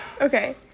okay